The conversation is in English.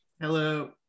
hello